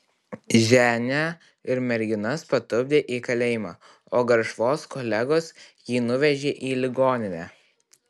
ženią ir merginas patupdė į kalėjimą o garšvos kolegos jį nuvežė į ligoninę